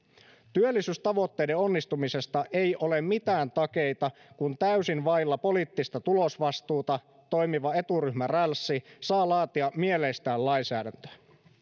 työllisyystavoitteiden onnistumisesta ei ole mitään takeita kun täysin vailla poliittista tulosvastuuta toimiva eturyhmärälssi saa laatia mieleistään lainsäädäntöä